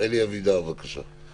אלי אבידר, בבקשה.